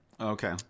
Okay